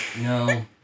No